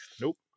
nope